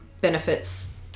benefits